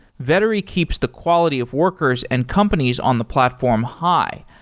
vettery keeps the quality of workers and companies on the platform high,